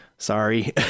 sorry